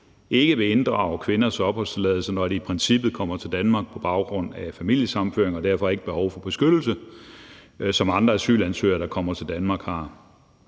ikke vil inddrage kvinders opholdstilladelse, når de i princippet kommer til Danmark på baggrund af familiesammenføring og derfor ikke har behov for beskyttelse, som andre asylansøgere, der kommer til Danmark, har.